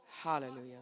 Hallelujah